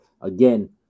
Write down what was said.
Again